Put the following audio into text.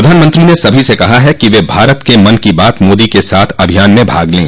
प्रधानमंत्री ने सभी से कहा है कि वे भारत के मन की बात मोदी के साथ अभियान में भाग लें